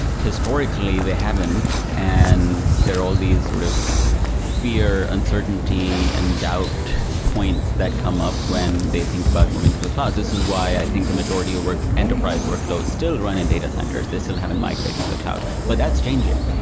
historically, they haven't, and there are all these sort of fear, uncertainty and doubt points that come up when they think about moving to the cloud. this is why i think the majority of enterprise workloads still running data centers they still haven't migrated to the cloud. but that's changing,